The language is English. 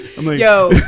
yo